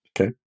Okay